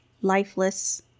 lifeless